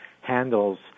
handles